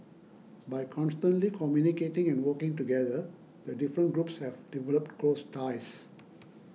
by constantly communicating and working together the different groups have developed close ties